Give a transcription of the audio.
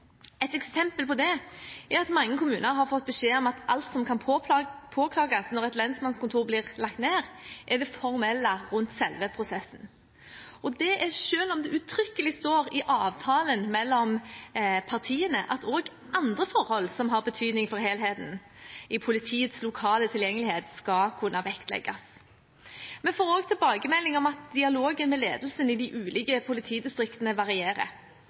Et eksempel på det er at mange kommuner har fått beskjed om at alt som kan påklages når et lensmannskontor blir lagt ned, er det formelle rundt selve prosessen – selv om det uttrykkelig står i avtalen mellom partiene at også andre forhold som har betydning for helheten i politiets lokale tilgjengelighet, skal kunne vektlegges. Vi får også tilbakemeldinger om at dialogen med ledelsen i de ulike politidistriktene varierer.